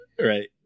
Right